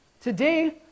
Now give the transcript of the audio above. Today